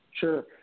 Sure